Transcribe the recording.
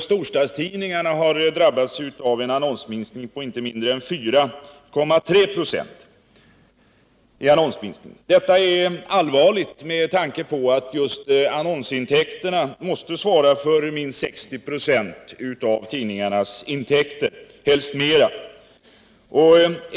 Storstadstidningarna har drabbats av en annonsminskning på inte mindre än 4,3 26. Detta är allvarligt med tanke på att just annonsintäkterna måste svara för minst 60 96 av tidningarnas intäkter.